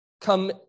come